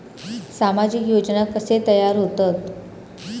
सामाजिक योजना कसे तयार होतत?